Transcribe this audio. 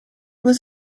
was